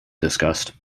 disgust